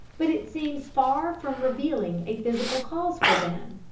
but it seems far from revealing a physical cause for them.